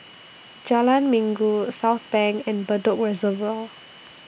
Jalan Minggu Southbank and Bedok Reservoir